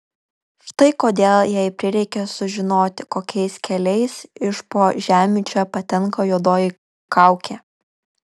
štai kodėl jai prireikė sužinoti kokiais keliais iš po žemių čia patenka juodoji kaukė